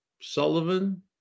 Sullivan